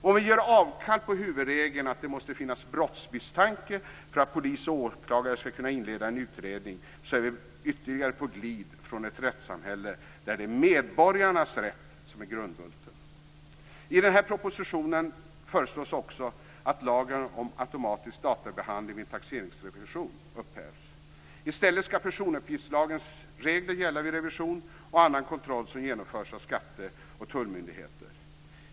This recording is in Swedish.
Om vi gör avkall på huvudregeln att det måste finnas brottsmisstanke för att polis och åklagare skall kunna inleda en utredning, är vi ytterligare på glid från ett rättssamhälle där det är medborgarnas rätt som är grundbulten. I stället skall personuppgiftslagens regler gälla vid revision och annan kontroll som genomförs som av skatte och tullmyndigheten.